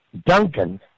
Duncan